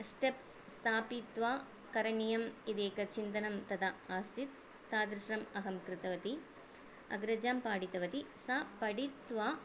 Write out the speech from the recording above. steps स्थापित्वा करणीयम् इति एकं चिन्तनं तदा आसीत् तादृशम् अहं कृतवती अग्रजां पाठितवती सा पठित्वा